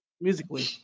musically